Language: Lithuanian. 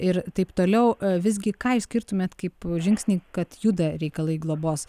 ir taip toliau visgi ką išskirtumėt kaip žingsnį kad juda reikalai globos